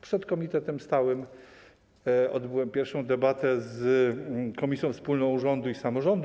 Przed komitetem stałym odbyłem pierwszą debatę z komisją wspólną rządu i samorządu.